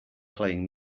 playing